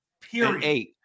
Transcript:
Period